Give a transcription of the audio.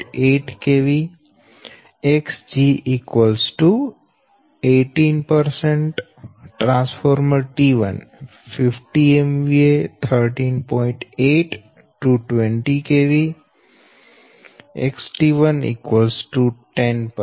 8 kV Xg 18 T1 50 MVA 13